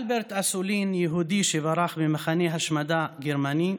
אלברט אסולין, יהודי שברח ממחנה השמדה גרמני,